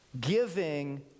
...giving